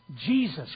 Jesus